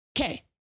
okay